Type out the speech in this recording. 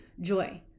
joy